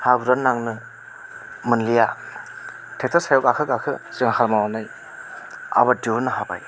हाब्रुआ नांनो मोनलिया टेक्टार सायाव गाखो गाखो जों हाल मावनानै आबाद दिहुन्नो हाबाय